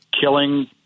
killing